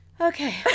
Okay